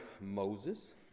Moses